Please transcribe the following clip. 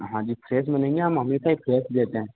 हाँ जी फ्रेश मिलेंगे हम हमेशा ही फ्रेश देते हैं